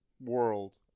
world